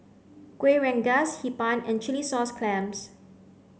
kueh rengas hee pan and chilli sauce clams